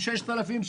6,000,